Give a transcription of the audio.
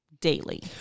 daily